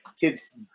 kids